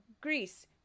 Greece